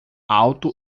alto